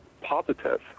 positive